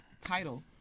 title